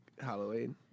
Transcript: Halloween